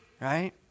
right